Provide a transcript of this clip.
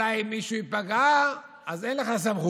אולי מישהו ייפגע, אז אין לך סמכות.